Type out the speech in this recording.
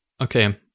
Okay